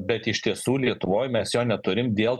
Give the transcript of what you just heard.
bet iš tiesų lietuvoj mes jo neturim dėl